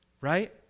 right